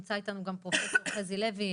נמצא איתנו פרופסור חזי לוי,